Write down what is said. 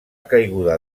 caiguda